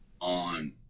on